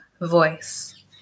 Voice